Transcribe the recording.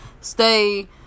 stay